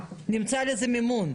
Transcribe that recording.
נמצא לזה מימון.